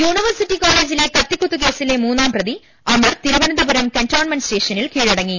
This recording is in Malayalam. യൂണിവേഴ്സിറ്റി കോളജിലെ കത്തികുത്ത് കേസിലെ മൂന്നാംപ്രതി അമർ തിരുവനന്തപുരം കന്റോൺമെന്റ് സ്റ്റേഷനിൽ കീഴടങ്ങി